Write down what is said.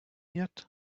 yet